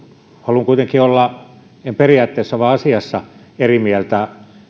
haluan kuitenkin olla en periaatteessa vaan asiassa eri mieltä